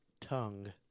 Tongue